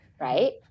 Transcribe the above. right